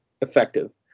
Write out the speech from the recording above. effective